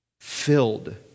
filled